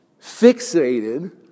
fixated